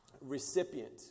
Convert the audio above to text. recipient